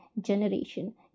generation